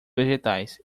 vegetais